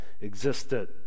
existed